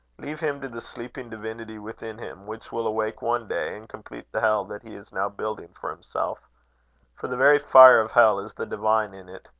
leave him to the sleeping divinity within him, which will awake one day, and complete the hell that he is now building for himself for the very fire of hell is the divine in it.